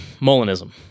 Molinism